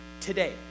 today